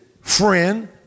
friend